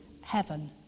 heaven